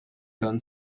done